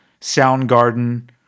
Soundgarden